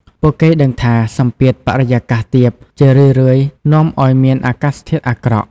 ពួកគេដឹងថា សម្ពាធបរិយាកាសទាប ជារឿយៗនាំឱ្យមានអាកាសធាតុអាក្រក់។